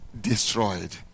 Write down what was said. destroyed